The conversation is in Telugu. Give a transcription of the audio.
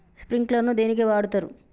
స్ప్రింక్లర్ ను దేనికి వాడుతరు?